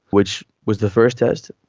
which was the first test.